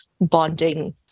bonding